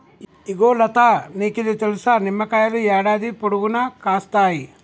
ఇగో లతా నీకిది తెలుసా, నిమ్మకాయలు యాడాది పొడుగునా కాస్తాయి